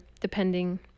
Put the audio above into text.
depending